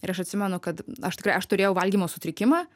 ir aš atsimenu kad aš tikrai aš turėjau valgymo sutrikimą